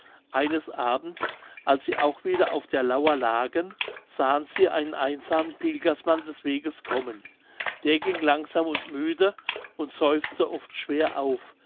eines abends als sie auch wieder auf der lauer lagen sahen sie einen einsamen pilgersmann des weges kommen der ging langsam und müde und seufzte oft schwer auf